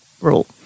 rule